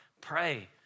pray